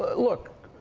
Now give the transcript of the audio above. look,